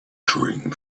during